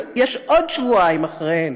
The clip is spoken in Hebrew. יש עוד שבועיים אחריהם.